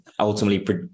ultimately